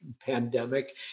pandemic